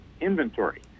inventory